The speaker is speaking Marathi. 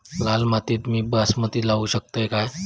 लाल मातीत मी बासमती लावू शकतय काय?